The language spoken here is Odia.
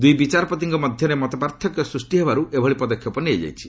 ଦୁଇ ବିଚାରପତିଙ୍କ ମଧ୍ୟରେ ମତପାର୍ଥକ୍ୟ ସୃଷ୍ଟି ହେବାରୁ ଏଭଳି ପଦକ୍ଷେପ ନିଆଯାଇଛି